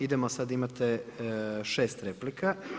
Idemo sad, imate 6 replika.